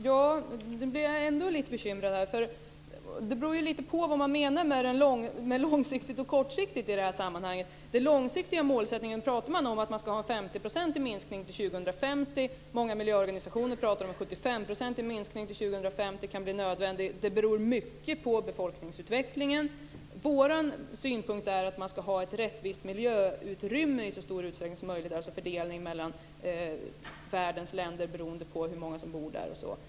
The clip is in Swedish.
Herr talman! Jag blir ändå lite bekymrad. Det beror lite på vad man menar med långsiktigt och kortsiktigt i det här sammanhanget. I den långsiktiga målsättningen pratas det om en 50-procentig minskning till 2050. Många miljöorganisationer pratar om att en 75-procentig minskning till 2050 kan bli nödvändig. Det beror mycket på befolkningsutvecklingen. Vår synpunkt är att det i så stor utsträckning som möjligt ska finnas ett rättvist miljöutrymme, dvs. fördelning mellan världens länder beroende på hur många som bor där osv.